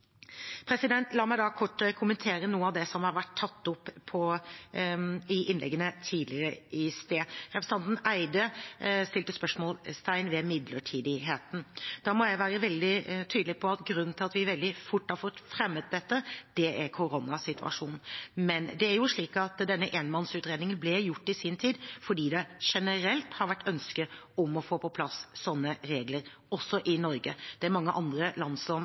La meg da kort kommentere noe av det som har vært tatt opp i de tidligere innleggene. Representanten Petter Eide satte spørsmålstegn ved midlertidigheten. Da må jeg være veldig tydelig på at grunnen til at vi veldig fort har fått fremmet dette, er koronasituasjonen. Men denne enpersonsutredningen ble jo i sin tid gjort fordi det generelt har vært et ønske om å få på plass sånne regler, også i Norge. Det er mange andre land som